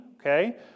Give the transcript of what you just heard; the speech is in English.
okay